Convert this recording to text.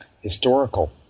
historical